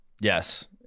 yes